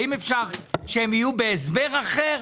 האם אפשר שהם יהיו בהסבר אחר?